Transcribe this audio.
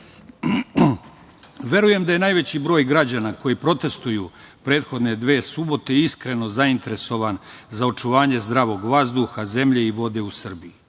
godine. Verujem da je najveći broj građana koji protestuju prethodne dve subote iskreno zainteresovan za očuvanje zdravog vazduha, zemlje i vode u Srbiji.